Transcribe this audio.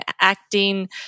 acting